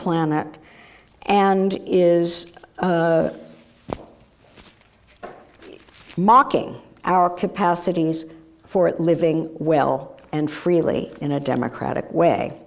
planet and is mocking our capacities for living will and freely in a democratic way